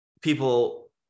people